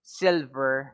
silver